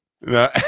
No